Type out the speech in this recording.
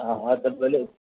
हा हा त भले